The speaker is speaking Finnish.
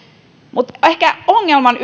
mutta ehkä ongelman